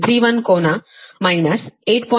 31 ಕೋನ ಮೈನಸ್ 8